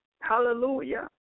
Hallelujah